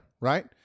right